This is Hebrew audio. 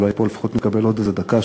אז אולי פה לפחות נקבל עוד איזה דקה-שתיים.